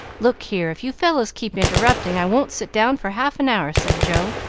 look here, if you fellows keep interrupting, i won't sit down for half an hour, said joe,